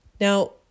Now